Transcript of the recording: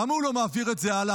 למה הוא לא מעביר את זה הלאה?